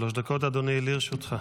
עד שלוש דקות, אדוני, לרשותך.